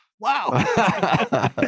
Wow